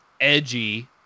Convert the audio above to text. edgy